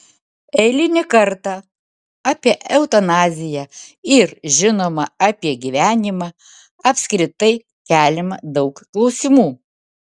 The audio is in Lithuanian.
eilinį kartą apie eutanaziją ir žinoma apie gyvenimą apskritai keliama daug klausimų